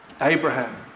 Abraham